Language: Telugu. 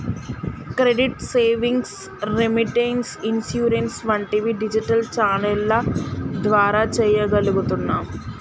క్రెడిట్, సేవింగ్స్, రెమిటెన్స్, ఇన్సూరెన్స్ వంటివి డిజిటల్ ఛానెల్ల ద్వారా చెయ్యగలుగుతున్నాం